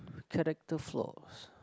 character flaws